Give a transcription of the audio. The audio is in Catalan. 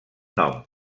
nom